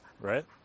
right